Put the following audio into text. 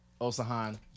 Osahan